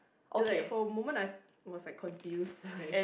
uh like for a moment I was like confused like